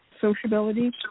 sociability